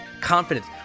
confidence